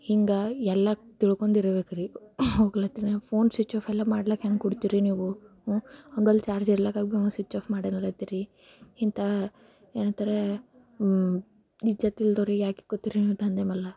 ಹಿಂಗೆ ಎಲ್ಲ ತಿಳ್ಕೊಂಡಿರಬೇಕ್ರಿ ಹೋಗ್ಲತ್ತಿವು ಫೋನ್ ಸ್ವಿಚ್ ಆಫ್ ಎಲ್ಲ ಮಾಡೋಕ್ಕೆ ಹೆಂಗೆ ಕೊಡ್ತೀರಿ ನೀವು ಅವನ ಬಳಿ ಚಾರ್ಜ್ ಇರ್ಲಕಾಗಿ ಭೀ ಸ್ವಿಚ್ ಆಫ್ ಮಾಡ್ಯಾನ ಅಲ್ಲತ್ತೀರಿ ಇಂಥ ಏನಂತಾರೆ ಇಜ್ಜತ್ ಇಲ್ದವ್ರಿಗೆ ಯಾಕೆ ತೊಗೊತೀರಿ ಧಂದೆ ಮ್ಯಾಲೆ